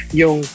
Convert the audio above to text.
yung